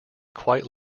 quite